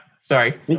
sorry